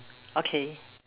okay